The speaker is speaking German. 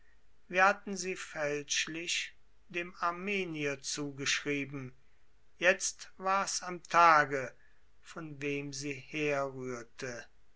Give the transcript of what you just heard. wir hatten sie fälschlich dem armenier zugeschrieben jetzt wars am tage von wem sie herrührte